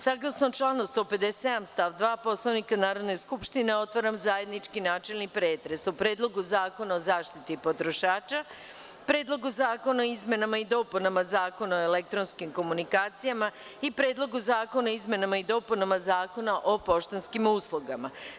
Saglasno članu 157. stav 2. Poslovnika Narodne skupštine, otvaram zajednički načelni pretres o Predlogu zakona o zaštiti potrošača, Predlogu zakona o izmenama i dopunama Zakona o elektronskim komunikacijama i Predlogu zakona o izmenama i dopunama Zakona o poštanskim uslugama.